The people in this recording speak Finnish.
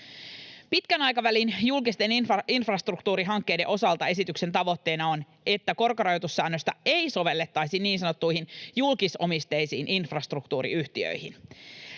Pitkän aikavälin julkisten infrastruktuurihankkeiden osalta esityksen tavoitteena on, että korkorajoitussäännöstä ei sovellettaisi niin sanottuihin julkisomisteisiin infrastruktuuriyhtiöihin.